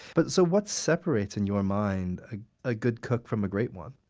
but so what separates, in your mind, ah a good cook from a great one?